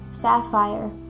Sapphire